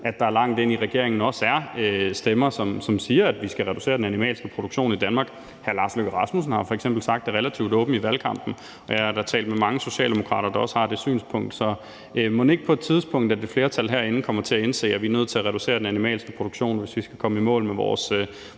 at der langt ind i regeringen også er stemmer, som siger, at vi skal reducere den animalske produktion i Danmark. Udenrigsministeren har f.eks. sagt det relativt åbent i valgkampen, og jeg har da talt med mange socialdemokrater, der også har det synspunkt. Så mon ikke et flertal herinde på et tidspunkt kommer til at indse, at vi er nødt til at reducere den animalske produktion, hvis vi skal komme i mål med vores